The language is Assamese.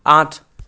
আঠ